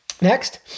Next